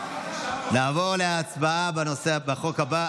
נעבור להצבעה על החוק הבא,